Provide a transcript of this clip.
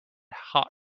hot